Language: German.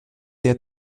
der